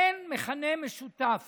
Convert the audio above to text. אין מכנה משותף